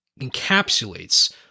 encapsulates